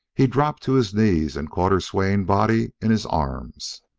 he dropped to his knees and caught her swaying body in his arms.